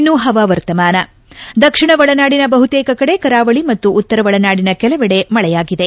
ಇನ್ನು ಹವಾಮಾನ ದಕ್ಷಿಣ ಒಳನಾಡಿನ ಬಹುತೇಕ ಕಡೆ ಕರಾವಳಿ ಮತ್ತು ಉತ್ತರ ಒಳನಾಡಿನ ಕೆಲವೆಡೆ ಮಳೆಯಾಗಿದೆ